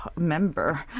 member